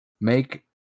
make